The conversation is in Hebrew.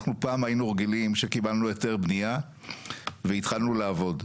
אנחנו פעם היינו רגילים שיקבלנו היתר בנייה והתחלנו לעבוד.